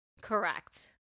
Correct